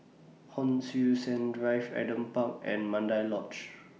Hon Sui Sen Drive Adam Park and Mandai Lodge